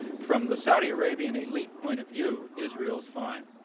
from the saudi arabian elite point of view, israel's fine.